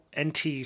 NT